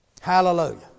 Hallelujah